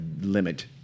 limit